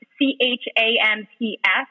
C-H-A-M-P-S